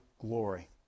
glory